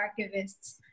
archivists